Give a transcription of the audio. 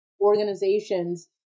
organizations